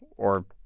or.